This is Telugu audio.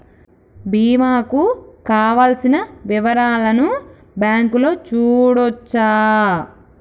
బీమా కు కావలసిన వివరాలను బ్యాంకులో చూడొచ్చా?